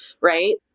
right